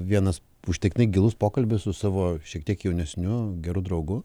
vienas užtektinai gilus pokalbis su savo šiek tiek jaunesniu geru draugu